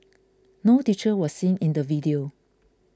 no teacher was seen in the video